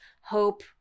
hope